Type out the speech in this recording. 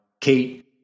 Kate